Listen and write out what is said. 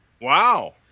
Wow